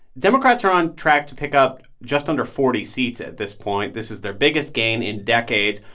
democrats are on track to pick up just under forty seats at this point. this is their biggest gain in decades.